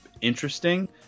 interesting